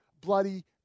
bloody